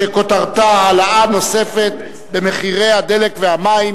שכותרתה: העלאה נוספת של מחירי הדלק והמים.